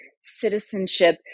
citizenship